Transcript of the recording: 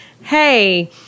Hey